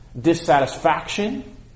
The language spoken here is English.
dissatisfaction